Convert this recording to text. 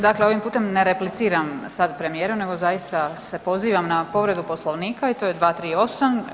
Dakle, ovim putem ne repliciram sad premijeru nego zaista se pozivam na povredu Poslovnika i to je 238.